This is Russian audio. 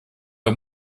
как